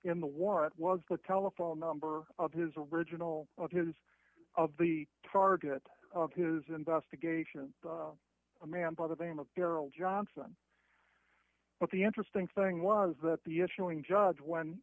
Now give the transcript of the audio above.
in the warrant was the telephone number of his original of his of the target of his investigation a man by the name of darryl johnson but the interesting thing was that the issuing judge when